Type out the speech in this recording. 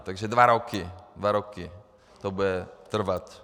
Takže dva roky, dva roky to bude trvat.